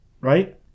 Right